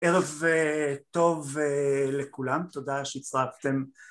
ערב טוב לכולם, תודה שהצטרפתם